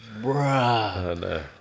bruh